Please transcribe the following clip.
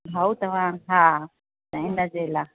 भाउ तव्हां हा हिनजे लाइ